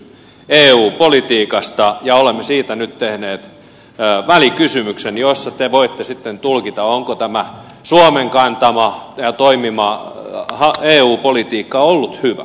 eu politiikka oli meille kynnyskysymys ja olemme siitä nyt tehneet välikysymyksen josta te voitte sitten tulkita onko tämä suomen harjoittama eu politiikka ollut hyvä